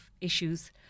issues